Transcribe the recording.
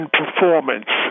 performance